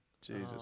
Jesus